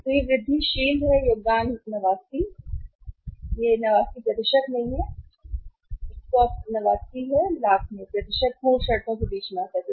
तो यह वृद्धिशील है योगदान 89 क्षमा करें यह प्रतिशत 89 नहीं है जब आप कहते हैं कि यह पूर्ण शब्द 89 है लाख नहीं प्रतिशत पूर्ण शर्तों के बीच आता है